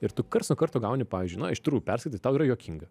ir tu karts nuo karto gauni pavyzdžiui na iš tikrųjų perskaitai tau yra juokinga